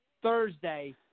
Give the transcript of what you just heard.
Thursday